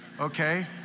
Okay